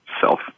self